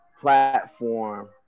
platform